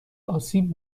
آسیب